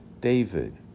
David